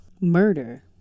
murder